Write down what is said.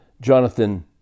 Jonathan